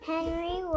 Henry